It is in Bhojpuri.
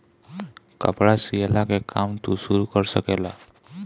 कपड़ा सियला के काम तू शुरू कर सकेला